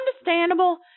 understandable